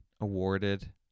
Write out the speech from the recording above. awarded